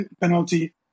penalty